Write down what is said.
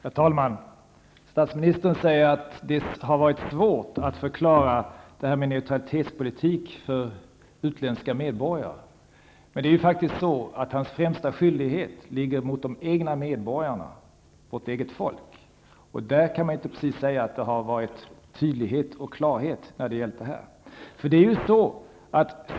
Herr talman! Statsministern säger att det har varit svårt att förklara neutralitetspolitiken för utländska medborgare. Men det är faktiskt så att hans främsta skyldighet gäller de egna medborgarna, vårt eget folk, och man kan inte precis säga att det därvidlag varit tydlighet och klarhet i detta avseende.